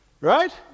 Right